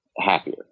happier